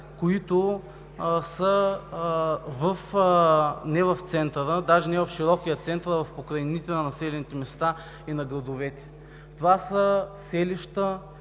които не са в центъра, даже не в широкия център, а в покрайнините на населените места и на градовете. Това са селища,